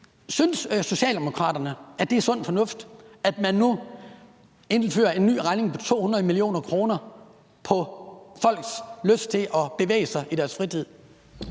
Synes Socialdemokraterne, at det er sund fornuft, at man nu indfører en ny regning på 200 mio. kr. på folks lyst til at bevæge sig i deres fritid?